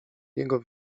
jego